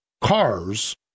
cars